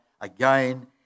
again